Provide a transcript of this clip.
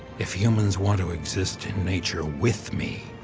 if humans want to exist in nature with me,